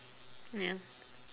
ya